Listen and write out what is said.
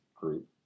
group